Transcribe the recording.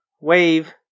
Wave